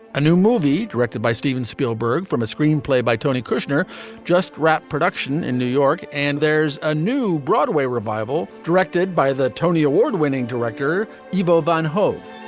a new movie directed by steven spielberg from a screenplay by tony kushner just wrapped production in new york. and there's a new broadway revival directed by the tony award winning director, ivo van hove